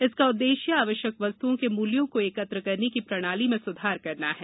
इसका उद्देश्य आवश्यक वस्तुओं के मूल्यों को एकत्र करने की प्रणाली में सुधार करना है